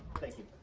thank you,